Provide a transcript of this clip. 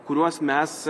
kuriuos mes